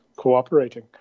cooperating